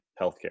healthcare